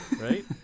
Right